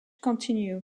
continue